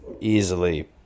easily